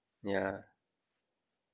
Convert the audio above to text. yeah